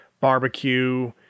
barbecue